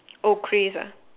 oh craze ah